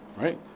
right